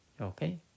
Okay